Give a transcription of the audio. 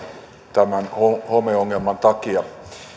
tämän homeongelman takia